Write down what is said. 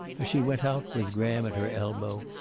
as she went out, with graham at her elbow,